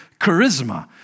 charisma